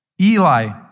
Eli